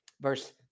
Verse